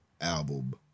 album